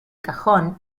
cajón